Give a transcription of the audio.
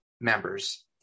members